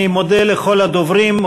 אני מודה לכל הדוברים,